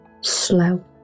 slow